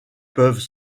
peuvent